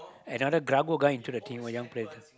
another Grago kind to the team young player